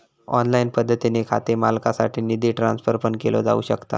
online पद्धतीने खाते मालकासाठी निधी ट्रान्सफर पण केलो जाऊ शकता